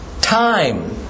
time